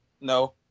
No